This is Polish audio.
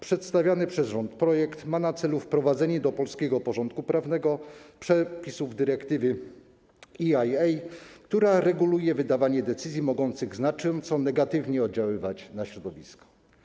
Przedstawiony przez rząd projekt ma na celu wprowadzenie do polskiego porządku prawnego przepisów dyrektywy EIA, która reguluje wydawanie decyzji mogących znacząco negatywnie oddziaływać na środowisko.